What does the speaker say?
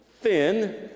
thin